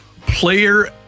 Player